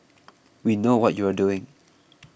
we know what you are doing